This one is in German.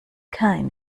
kein